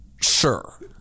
Sure